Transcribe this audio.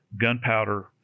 gunpowder